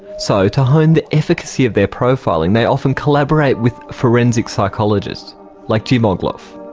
so to hone the efficacy of their profiling they often collaborate with forensic psychologists like jim ogloff.